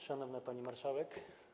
Szanowna Pani Marszałek!